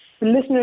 listeners